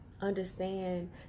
understand